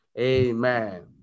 Amen